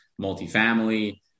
multifamily